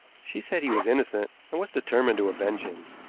she said he was innocent and was determined to avenge him.